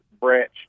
branch